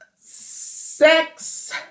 Sex